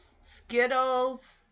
Skittles